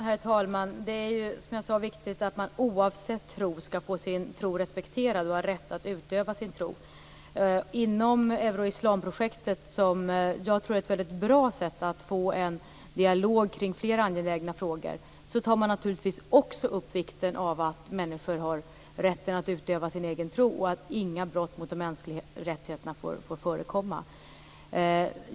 Herr talman! Det är som jag sade viktigt att man oavsett tro skall få sin tro respekterad och ha rätt att utöva sin tro. Inom Euro-Islam-projektet, som jag tror är ett väldigt bra sätt att få en dialog kring flera angelägna frågor, tar man naturligtvis också upp vikten av att människor har rätten att utöva sin egen tro och att inga brott mot de mänskliga rättigheterna får förekomma.